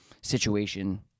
situation